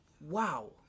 Wow